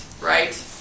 right